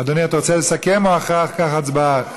אדוני, אתה רוצה לסכם או אחר כך הצבעה?